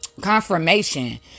confirmation